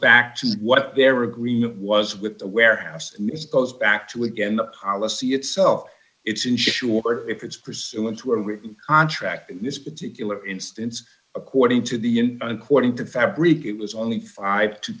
back to what their agreement was with the warehouse and its goes back to again the policy itself it's insured if it's pursuant to a written contract in this particular instance according to the un quoting to fabric it was only five to